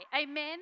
Amen